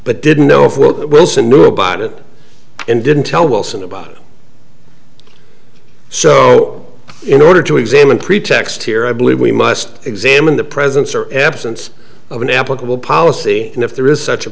but didn't know what wilson knew about it and didn't tell wilson about it so in order to examine pretext here i believe we must examine the presence or absence of an applicable policy and if there is such a